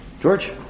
George